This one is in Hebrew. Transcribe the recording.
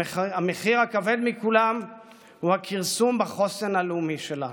המחיר הכבד מכולם הוא הכרסום בחוסן הלאומי שלנו.